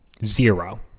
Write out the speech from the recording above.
zero